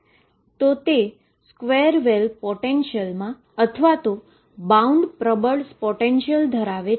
તો તે square well પોટેંશિયલમાં અથવા બાઉન્ડ પ્રબળ પોટેંશિયલ ધરાવે છે